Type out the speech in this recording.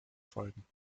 folgen